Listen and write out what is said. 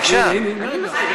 מדבר שטויות.